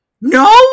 no